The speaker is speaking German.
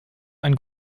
einen